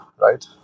right